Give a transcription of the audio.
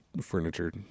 furniture